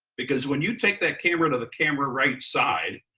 because when you take that camera to the camera right side,